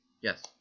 Yes